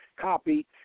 copy